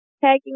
tagging